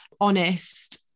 honest